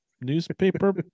newspaper